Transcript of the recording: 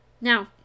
Now